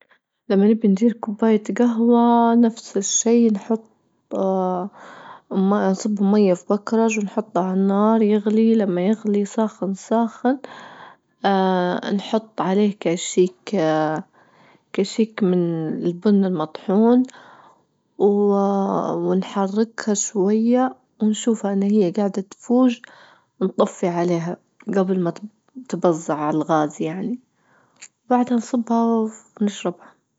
لما نبي ندير كوباية جهوة نفس الشي نحط نصب مية في بكرج ونحطه عالنار يغلي لما يغلي ساخن-ساخن نحط عليه كشيك-كشيك من البن المطحون و ونحركها شوية ونشوفها أن هي جاعدة تفوج نطفي عليها جبل ما ت-تبظع عالغاز يعني بعدها نصبها ونشربها.